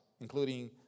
including